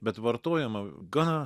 bet vartojama gana